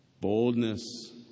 Boldness